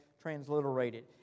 transliterated